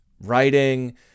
writing